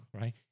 right